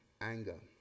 anger